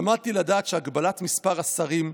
למדתי לדעת שהגבלת מספר השרים,